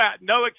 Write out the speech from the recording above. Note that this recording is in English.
no